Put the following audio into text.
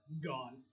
gone